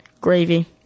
Gravy